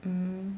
mm